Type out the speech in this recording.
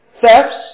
thefts